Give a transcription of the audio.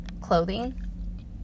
clothing